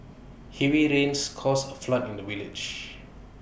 heavy rains caused A flood in the village